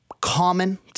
common